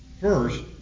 first